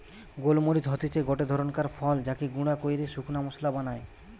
গোল মরিচ হতিছে গটে ধরণকার ফল যাকে গুঁড়া কইরে শুকনা মশলা বানায়